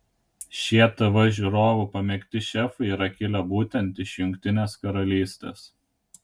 šie tv žiūrovų pamėgti šefai yra kilę būtent iš jungtinės karalystės